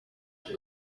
dore